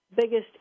biggest